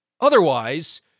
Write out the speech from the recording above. Otherwise